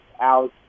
out